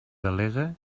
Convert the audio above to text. delegue